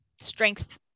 strength